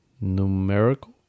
Numerical